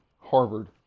Harvard